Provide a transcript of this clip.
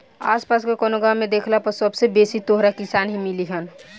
आस पास के कवनो गाँव में देखला पर सबसे बेसी तोहरा किसान ही मिलिहन